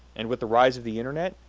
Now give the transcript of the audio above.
and with the rise of the internet,